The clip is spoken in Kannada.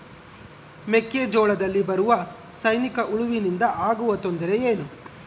ಮೆಕ್ಕೆಜೋಳದಲ್ಲಿ ಬರುವ ಸೈನಿಕಹುಳುವಿನಿಂದ ಆಗುವ ತೊಂದರೆ ಏನು?